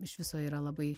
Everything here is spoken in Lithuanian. iš viso yra labai